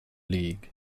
league